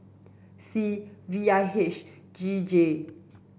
see V I H G J